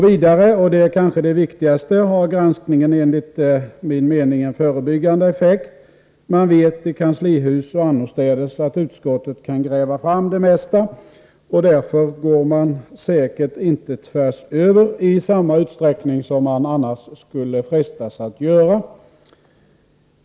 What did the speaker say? Vidare — och det är kanske det viktigaste — har granskningen enligt min mening en förebyggande effekt. Man vet i kanslihus och annorstädes att utskottet kan gräva fram det mesta, och därför går man säkert inte tvärsöver i samma utsträckning som man annars skulle frestas att göra.